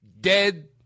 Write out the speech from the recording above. Dead